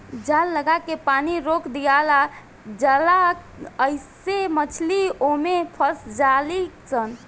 जाल लागा के पानी रोक दियाला जाला आइसे मछली ओमे फस जाली सन